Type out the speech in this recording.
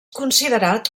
considerat